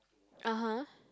(uh huh)